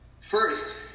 first